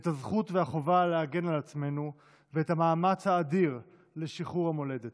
את הזכות והחובה להגן על עצמנו ואת המאמץ האדיר לשחרור המולדת.